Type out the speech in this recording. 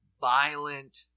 violent